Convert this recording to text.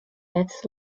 myths